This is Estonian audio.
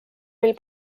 mil